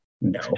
No